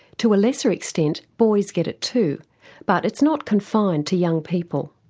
to a lesser extent boys get it too but it's not confined to young people.